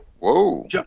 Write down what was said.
Whoa